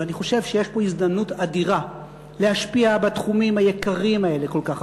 ואני חושב שיש פה הזדמנות אדירה להשפיע בתחומים היקרים האלה כל כך,